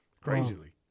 crazily